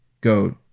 go